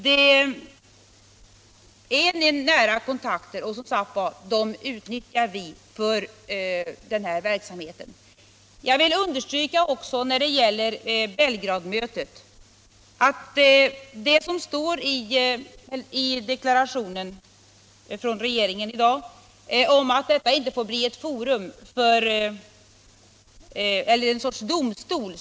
Det rör sig här om nära kontakter, och dem utnyttjar vi, som sagt, för sådana påpekanden. När det gäller Belgradmötet vill jag understryka det som står i den deklaration regeringen lämnat i dag om att verksamheten inte får framstå som någon sorts domstol.